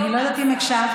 אני לא יודעת אם הקשבת.